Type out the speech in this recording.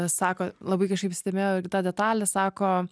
sako labai kažkaip įsidėmėjau tą detalę sako